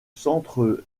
centre